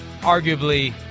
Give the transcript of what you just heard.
arguably –